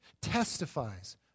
testifies